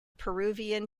peruvian